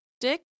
Dick